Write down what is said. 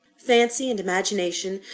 fancy and imagination,